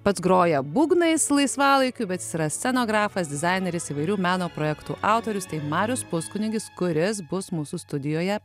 pats groja būgnais laisvalaikiu bet jis yra scenografas dizaineris įvairių meno projektų autorius marius puskunigis kuris bus mūsų studijoje